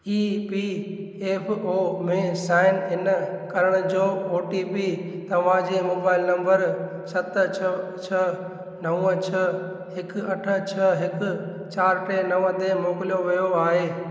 EPFO में sign in करण जो ओटीपी तव्हांजे मोबाइल नंबर सत छह छह नव छह हिक अठ छह हिक चारि टे नव ते मोकिलियो वियो आहे